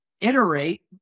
iterate